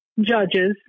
judges